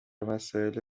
مسائل